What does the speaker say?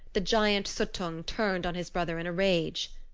the giant suttung turned on his brother in a rage.